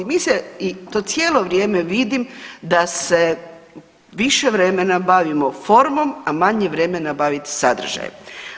Mi se i to cijelo vrijeme vidim da se više vremena bavimo formom, a manje vremena baviti sadržajem.